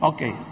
Okay